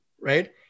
right